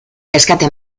rescate